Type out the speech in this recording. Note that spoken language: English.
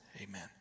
Amen